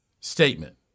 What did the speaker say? statement